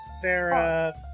Sarah